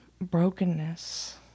brokenness